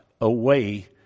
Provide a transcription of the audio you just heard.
away